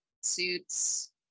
suits